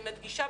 אני מדגישה,